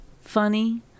Funny